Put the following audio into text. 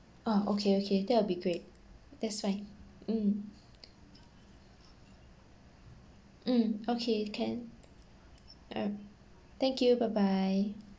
oh okay okay that will be great that's fine mm mm okay can err thank you bye bye